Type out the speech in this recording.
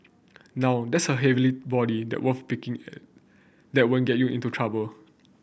now that's a heavenly body that peeping that won't get you into trouble